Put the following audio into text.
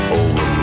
over